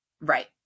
Right